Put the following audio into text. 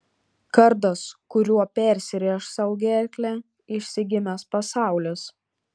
kardas kuriuo persirėš sau gerklę išsigimęs pasaulis